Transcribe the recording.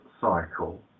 cycle